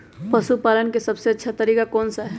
पशु पालन का सबसे अच्छा तरीका कौन सा हैँ?